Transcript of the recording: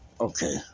Okay